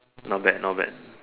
not bad not bad